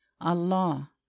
Allah